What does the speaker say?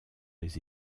les